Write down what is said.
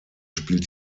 spielt